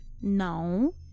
No